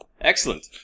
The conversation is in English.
Excellent